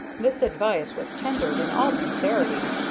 this advice was tendered in all sincerity,